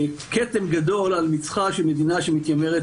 כתם גדול על מצחה של מדינה שמתיימרת